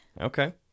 Okay